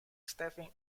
staffing